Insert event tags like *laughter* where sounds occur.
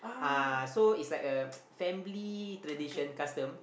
ah so it's like a *noise* family tradition custom